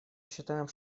считаем